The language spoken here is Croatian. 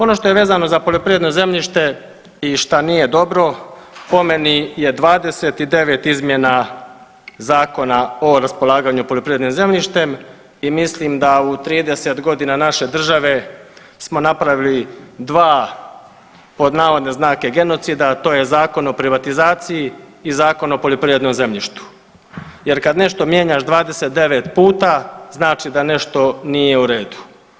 Ono što je vezano za poljoprivredno zemljište i šta nije dobro po meni je 29 izmjena Zakona o raspolaganju poljoprivrednim zemljištem i mislim da u 30 godina naše države smo napravili 2 pod navodne znake genocida, to je Zakon o privatizaciji i Zakon o poljoprivrednom zemljištu jer kad nešto mijenjaš 29 puta znači da nešto nije u redu.